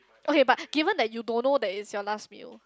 okay but given that you don't know that is your last meal